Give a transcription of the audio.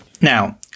Now